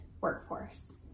workforce